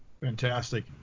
Fantastic